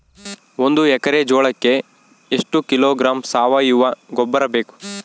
ಒಂದು ಎಕ್ಕರೆ ಜೋಳಕ್ಕೆ ಎಷ್ಟು ಕಿಲೋಗ್ರಾಂ ಸಾವಯುವ ಗೊಬ್ಬರ ಬೇಕು?